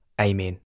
Amen